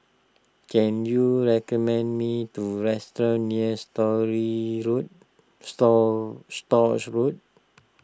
can you recommend me restaurant near Story Road Store Stores Road